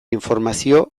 informazio